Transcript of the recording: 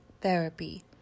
therapy